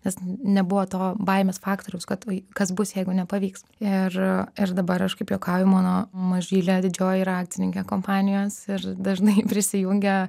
nes nebuvo to baimės faktoriaus kad ui kas bus jeigu nepavyks ir ir dabar aš kaip juokauju mano mažylė didžioji yra akcininkė kompanijos ir dažnai prisijungia